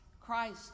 Christ